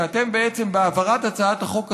כי בעצם בהעברת הצעת החוק הזו,